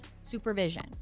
supervision